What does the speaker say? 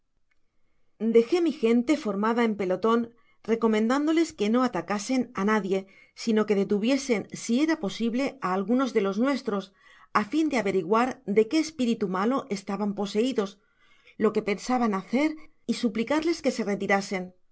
dejé mi gen te formada en pelotor recomendándoles que no atacasen á nadie sino que detuviesen si era posi ble á algunos de los nuestros á fin de averiguar de qué espiritu malo estaban poseidos lo que pensaban bacer y suplicarles que se retirasen